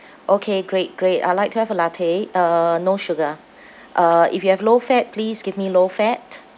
okay great great I'd like to have a latte uh no sugar ah uh if you have low fat please give me low fat